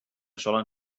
solen